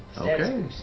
Okay